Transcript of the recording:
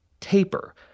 taper